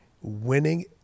Winning